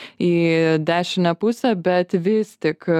į dešinę pusę bet vis tik